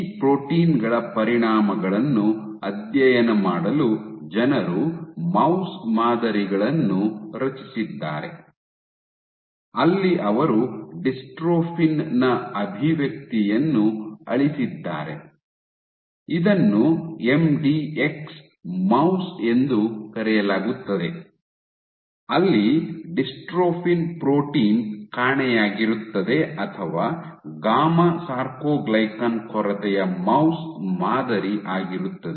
ಈ ಪ್ರೋಟೀನ್ ಗಳ ಪರಿಣಾಮಗಳನ್ನು ಅಧ್ಯಯನ ಮಾಡಲು ಜನರು ಮೌಸ್ ಮಾದರಿಗಳನ್ನು ರಚಿಸಿದ್ದಾರೆ ಅಲ್ಲಿ ಅವರು ಡಿಸ್ಟ್ರೋಫಿನ್ ನ ಅಭಿವ್ಯಕ್ತಿಯನ್ನು ಅಳಿಸಿದ್ದಾರೆ ಇದನ್ನು ಎಂಡಿಎಕ್ಸ್ ಮೌಸ್ ಎಂದು ಕರೆಯಲಾಗುತ್ತದೆ ಅಲ್ಲಿ ಡಿಸ್ಟ್ರೋಫಿನ್ ಪ್ರೋಟೀನ್ ಕಾಣೆಯಾಗಿರುತ್ತದೆ ಅಥವಾ ಗಾಮಾ ಸಾರ್ಕೊಗ್ಲಿಕನ್ ಕೊರತೆಯ ಮೌಸ್ ಮಾದರಿ ಆಗಿರುತ್ತದೆ